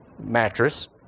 mattress